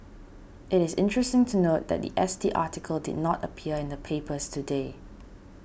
it is interesting to note that the S T article did not appear in the papers today